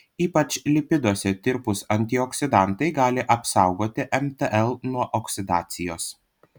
ypač lipiduose tirpūs antioksidantai gali apsaugoti mtl nuo oksidacijos